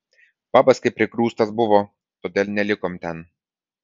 pabas kaip prigrūstas buvo todėl nelikom ten